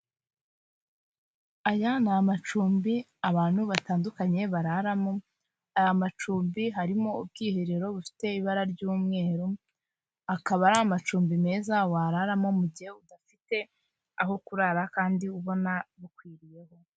Aya ni amacumbi abantu batandukanye bararamo, aya macumbi harimo ubwiherero bufite ibara ry'umweru, akaba ari amacumbi meza wararamo mu gihe udafite aho kurara kandi ubona bukwiriyeho.